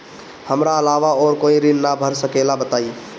हमरा अलावा और कोई ऋण ना भर सकेला बताई?